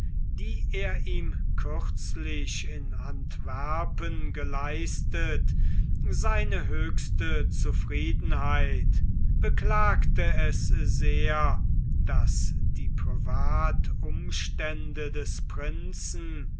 die er ihm kürzlich in antwerpen geleistet seine höchste zufriedenheit beklagte es sehr daß die privatumstände des prinzen